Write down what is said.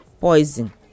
poison